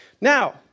Now